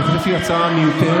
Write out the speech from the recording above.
אני חושב שהיא הצעה מיותרת.